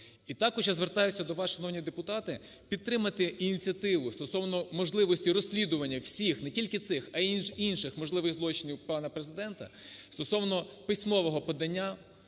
І також я звертаюсь до вас, шановні депутати, підтримати ініціативу стосовно можливості розслідування всіх, не тільки цих, а інших, можливих злочинів, пана Президента, стосовно письмового подання.